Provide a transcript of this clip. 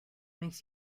makes